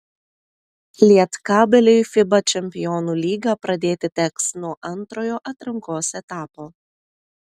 lietkabeliui fiba čempionų lygą pradėti teks nuo antrojo atrankos etapo